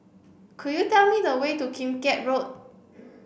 could you tell me the way to Kim Keat Road